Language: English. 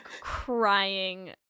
crying